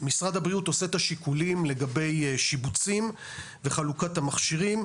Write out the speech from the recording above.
משרד הבריאות עושה את השיקולים לגבי שיבוצים וחלוקת המכשירים,